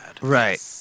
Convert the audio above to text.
Right